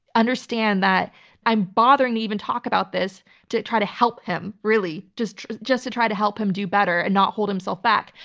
understand that i'm bothering to even talk about this to try to help him, really just just to try to help him do better and not hold himself back.